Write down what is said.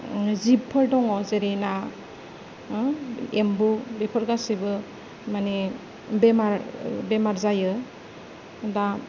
जिबफोर दङ जेरै ना ओ एम्बु बेफोर गासैबो माने बेमार जायो दा